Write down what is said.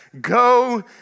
go